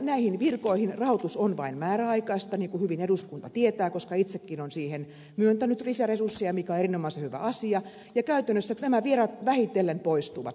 näihin virkoihin rahoitus on vain määräaikaista niin kuin hyvin eduskunta tietää koska itsekin on siihen myöntänyt lisäresursseja mikä on erinomaisen hyvä asia ja käytännössä nämä virat vähitellen poistuvat